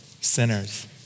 sinners